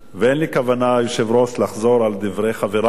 ואין לי כוונה, היושב-ראש, לחזור על דברי חברי.